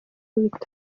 bitaro